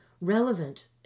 relevant